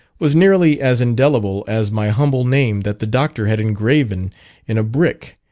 was nearly as indelible as my humble name that the doctor had engraven in a brick,